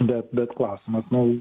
bet bet klausimas nu